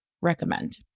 recommend